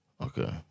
Okay